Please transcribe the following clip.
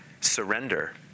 surrender